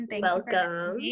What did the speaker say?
Welcome